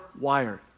wired